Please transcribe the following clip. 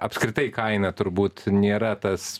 apskritai kaina turbūt nėra tas